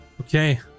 Okay